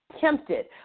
tempted